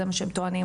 זה מה שהם טוענים,